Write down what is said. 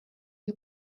you